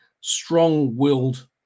strong-willed